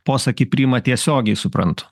posakį priima tiesiogiai suprantu